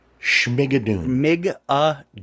Schmigadoon